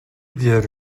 diğer